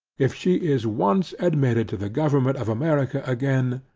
if she is once admitted to the government of america again,